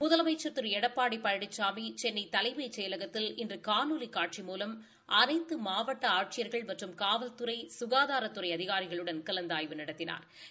முதலமைச்சா் திரு எடப்பாடி பழனிசாமி சென்னை தலைமைச் செயலகத்தில் இன்று காணொலி காட்சி மூலம் அனைத்து மாவட்ட ஆட்சியா்கள் மற்றும் காவல்துறை சுகாதாரத்துறை அதிகாரிகளுடன் கலந்தாய்வு நடத்தினாா்